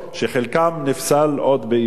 שחלקן נפסלו עוד באבן,